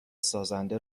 سازنده